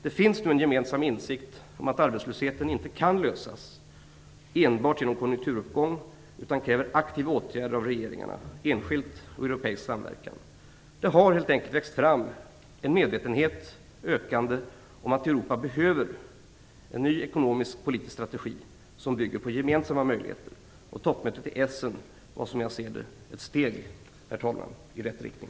Det finns nu en gemensam insikt om att arbetslösheten inte kan lösas enbart genom en konjunkturuppgång, utan det krävs aktiva åtgärder av regeringarna, enskilt och i europeisk samverkan. Det har helt enkelt växt fram en ökande medvetenhet om att Europa behöver en ny ekonomisk politisk strategi, som bygger på gemensamma möjligheter. Toppmötet i Essen var, som jag ser det, herr talman, ett steg i rätt riktning.